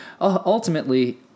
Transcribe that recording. ultimately